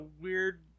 weird